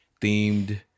themed